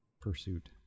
pursuit